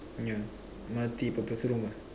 yeah multi purpose room ah